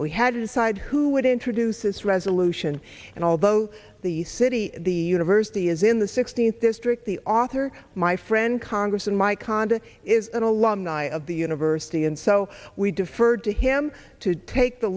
we had to decide who would introduce this resolution and although the city the university is in the sixteenth district the author my friend congress and my conduct is an alumni of the university and so we deferred to him to take the